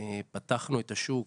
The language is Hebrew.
פתחנו את השוק